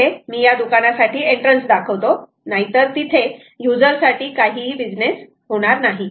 इथे मी या दुकानासाठी एंट्रन्स दाखवतो नाहीतर तिथे युजर साठी काहीही बिजनेस होणार नाही